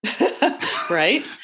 Right